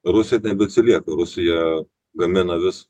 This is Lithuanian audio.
rusija nebeatsilieka rusija gamina vis